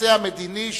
הנושא המדיני,